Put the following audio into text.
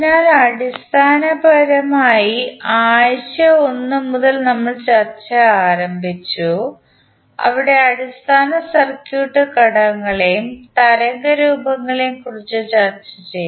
അതിനാൽ അടിസ്ഥാനപരമായി ആഴ്ച 1 മുതൽ നമ്മൾ ചർച്ച ആരംഭിച്ചു അവിടെ അടിസ്ഥാന സർക്യൂട്ട് ഘടകങ്ങളെയും തരംഗരൂപങ്ങളെയും കുറിച്ച് ചർച്ച ചെയ്തു